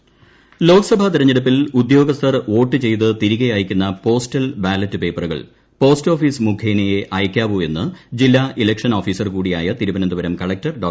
വാസുകി ലോക്സഭാ തെരഞ്ഞെടുപ്പിൽ ഉദ്യോഗസ്ഥർ വോട്ട് ചെയ്ത് തിരികെ അയക്കുന്ന പോസ്റ്റൽ ബാലറ്റ് പേപ്പറുകൾ പോസ്റ്റ് ഓഫീസ് മുഖേനയേ അയക്കാവൂ എന്ന് ജില്ലാ ഇലക്ഷൻ ഓഫിസർ കൂടിയായ തിരുവനന്തപുരം കളക്ടർ ഡോ